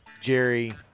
Jerry